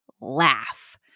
laugh